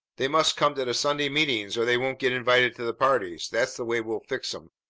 they must come to the sunday meetings, or they don't get invited to the parties. that's the way we'll fix em.